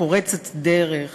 פורצת דרך